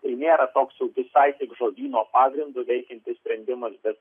tai nėra toks jau visai tik žodyno pagrindu veikiantis sprendimas bet